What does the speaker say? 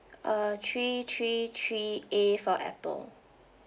uh three three three A for apple